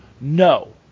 No